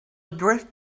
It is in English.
drift